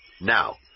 Now